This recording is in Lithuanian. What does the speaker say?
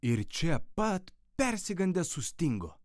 ir čia pat persigandęs sustingo